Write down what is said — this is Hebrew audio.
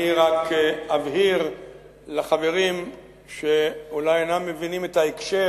אני רק אבהיר לחברים שאולי אינם מבינים את ההקשר.